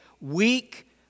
weak